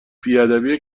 بیادبی